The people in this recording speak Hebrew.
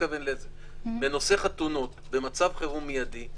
בנושא חתונות במצב חירום מיידי,